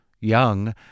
young